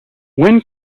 when